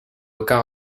aucun